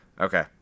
Okay